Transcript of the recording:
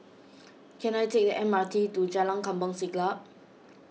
can I take the M R T to Jalan Kampong Siglap